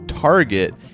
target